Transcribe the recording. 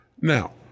Now